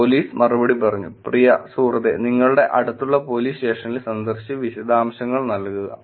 police മറുപടി പറഞ്ഞു പ്രിയ നിങ്ങളുടെ അടുത്തുള്ള പോലീസ് സ്റ്റേഷനിൽ സന്ദർശിച്ച് വിശദാംശങ്ങൾ നൽകുക